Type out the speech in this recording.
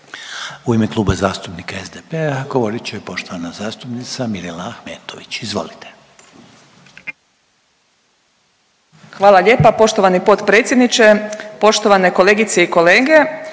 U ime Kluba zastupnika SDP-a govorit će poštovana zastupnica Mirela Ahmetović. Izvolite. **Ahmetović, Mirela (SDP)** Hvala lijepa poštovani potpredsjedniče. Poštovane kolegice i kolege,